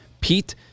Pete